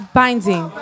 binding